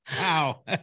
Wow